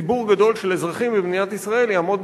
ציבור גדול של אזרחים במדינת ישראל יעמוד